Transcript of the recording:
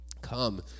come